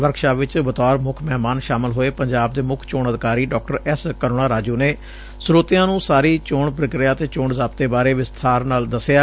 workshop ਵਿਚ ਬਤੌਰ ਮੁੱਖ ਮਹਿਮਾਨ ਸ਼ਾਮਲ ਹੋਏ ਪੰਜਾਬ ਦੇ ਮੁੱਖ ਚੋਣ ਅਧਿਕਾਰੀ ਡਾ ਐਸ ਕਰੁਣਾ ਰਾਜੁ ਨੇ ਸਰੋਤਿਆਂ ਨੁੰ ਸਾਰੀ ਚੋਣ ਪ੍ੀਕ੍ਿਆ ਅਤੇ ਚੋਣ ਜ਼ਾਬਤੇ ਬਾਰੇ ਵਿਸਬਾਰ ਨਾਲ ਦਸਿਆ